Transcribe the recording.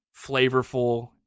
flavorful